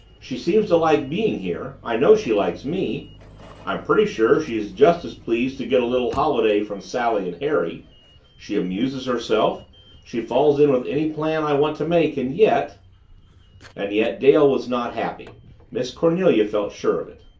she seems to like being here i know she likes me i'm pretty sure she's just as pleased to get a little holiday from sally and harry she amuses herself she falls in with any plan i want to make, and yet and yet dale was not happy miss cornelia felt sure of it.